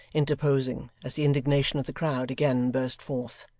interposing, as the indignation of the crowd again burst forth.